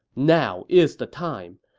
now is the time.